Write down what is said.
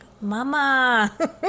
Mama